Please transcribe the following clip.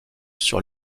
sur